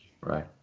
Right